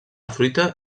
fruita